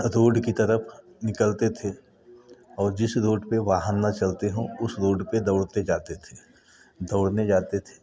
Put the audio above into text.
road की तरफ निकालते थे और जिस रोड पे वाहन ना चलते हों उस रोड पे दौड़ते जाते थे दौड़ने जाते थे